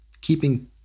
keeping